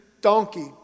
donkey